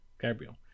Gabriel